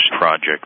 project